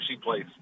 place